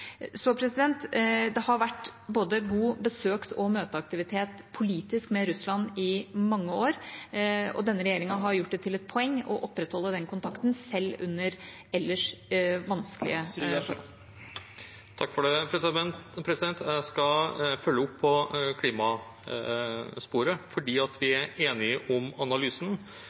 Det har vært god både besøks og møteaktivitet politisk med Russland i mange år. Og denne regjeringa har gjort det til et poeng å opprettholde den kontakten – selv under ellers vanskelige forhold. Jeg skal følge opp på klimasporet. Vi er enige om analysen.